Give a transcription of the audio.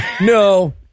No